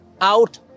out